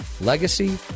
Legacy